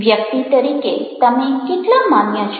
વ્યક્તિ તરીકે તમે કેટલા માન્ય છો